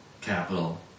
capital